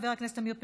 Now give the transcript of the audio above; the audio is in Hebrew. חבר הכנסת עמיר פרץ,